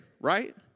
Right